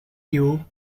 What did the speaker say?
you